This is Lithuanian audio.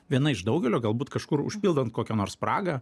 viena iš daugelio galbūt kažkur užpildan kokią nors spragą